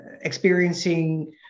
experiencing